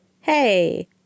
Hey